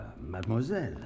mademoiselle